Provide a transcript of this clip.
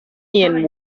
end